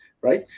right